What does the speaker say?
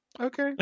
okay